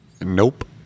Nope